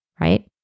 right